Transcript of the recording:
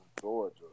Georgia